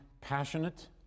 passionate